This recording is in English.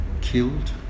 killed